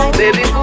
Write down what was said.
baby